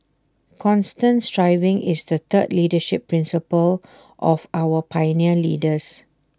constant striving is the third leadership principle of our pioneer leaders